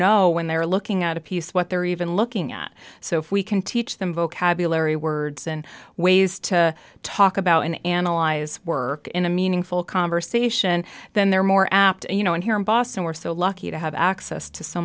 know when they're looking at a piece what they're even looking at so if we can teach them vocabulary words and ways to talk about and analyze work in a meaningful conversation then they're more apt you know and here in boston we're so lucky to have access to so